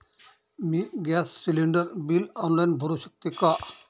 मी gas cylinder bill online भरु शकते का?